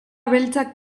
beltzak